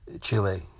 Chile